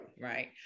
Right